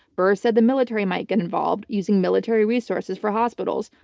barr said the military might get involved using military resources for hospitals.